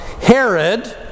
Herod